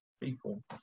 people